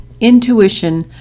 intuition